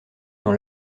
dans